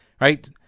Right